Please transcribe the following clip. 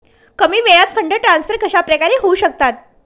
कमी वेळात fund transfer कशाप्रकारे होऊ शकतात?